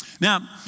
Now